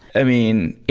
i mean,